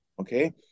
okay